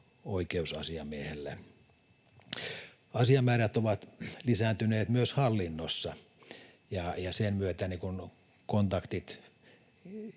oikeusasiamiehelle. Asiamäärät ovat lisääntyneet myös hallinnossa, ja sen myötä kontaktit